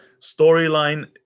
storyline